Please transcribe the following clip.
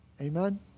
Amen